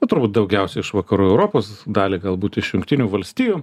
na turbūt daugiausia iš vakarų europos dalį galbūt iš jungtinių valstijų